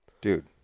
Dude